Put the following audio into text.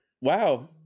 wow